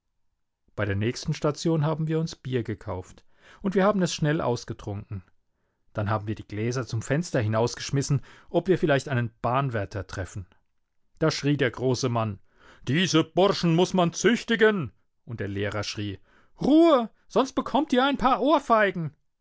bei der nächsten station haben wir uns bier gekauft und wir haben es schnell ausgetrunken dann haben wir die gläser zum fenster hinausgeschmissen ob wir vielleicht einen bahnwärter treffen da schrie der große mann diese burschen muß man züchtigen und der lehrer schrie ruhe sonst bekommt ihr ein paar ohrfeigen